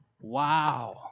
Wow